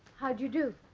how'd you do.